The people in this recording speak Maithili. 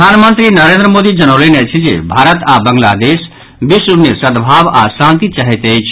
प्रधानमंत्री नरेन्द्र मोदी जनौलनि अछि जे भारत आओर बांग्लादेश विश्व मे सद्भाव आओर शांति चाहैत अछि